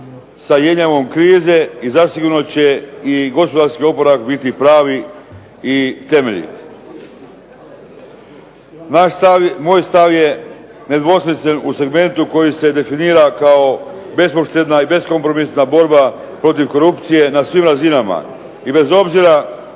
sa jenjavom krize i zasigurno će i gospodarski oporavak biti pravi i temeljit. Moj stav je nedvosmislen u segmentu koji se definira kao bespoštedna i beskompromisna borba protiv korupcije na svim razinama i bez obzira…